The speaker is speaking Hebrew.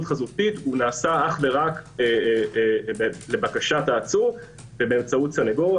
חזותית נעשה רק לבקשת העצור ובאמצעות סנגור.